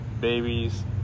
babies